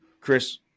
Chris